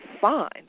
fine